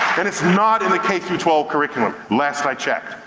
and it's not in the k through twelve curriculum, last i checked.